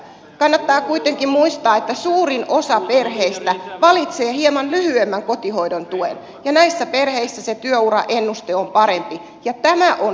kannattaa kuitenkin muistaa että suurin osa perheistä valitsee hieman lyhyemmän kotihoidon tuen ja näissä perheissä se työuraennuste on parempi ja tämä on se ydin